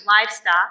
livestock